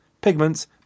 pigments